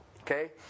okay